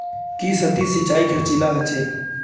की सतही सिंचाई खर्चीला ह छेक